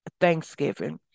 Thanksgiving